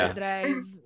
drive